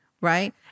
right